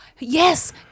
Yes